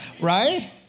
Right